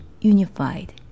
unified